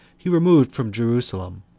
he removed from jerusalem,